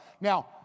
now